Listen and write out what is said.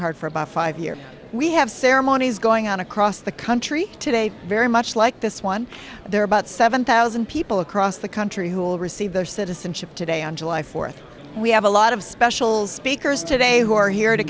card for about five years we have ceremonies going on across the country today very much like this one there are about seven thousand people across the country who will receive their citizenship today on july fourth we have a lot of specials speakers today who are here to